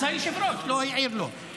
אז היושב-ראש לא העיר לו.